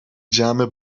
جمع